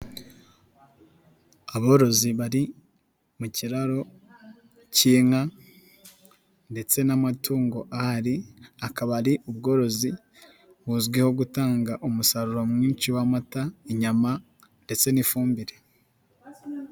Aborozi bari, mu kiraro, k'inka, ndetse n'amatungo ahari, akaba ari ubworozi, buzwiho gutanga umusaruro mwinshi w'amata inyama, ndetse n'ifumbire.